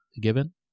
given